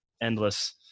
endless